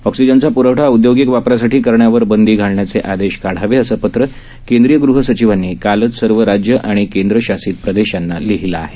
ऑक्सीजनचा प्रवठा औदयोगिक वापरासाठी करण्यावर बंदी घालण्याचे आदेश काढावे असं पत्र केंद्रीय गृहसचिवांनी कालच सर्व राज्यं आणि केंद्रशासित प्रदेशांना लिहिलं आहे